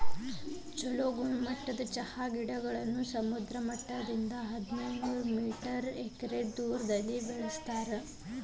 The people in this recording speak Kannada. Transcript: ಚೊಲೋ ಗುಣಮಟ್ಟದ ಚಹಾ ಗಿಡಗಳನ್ನ ಸಮುದ್ರ ಮಟ್ಟದಿಂದ ಹದಿನೈದನೂರ ಮೇಟರ್ ಎತ್ತರದಾಗ ಬೆಳೆಸ್ತಾರ